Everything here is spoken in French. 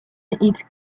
heath